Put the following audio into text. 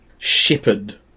shepherd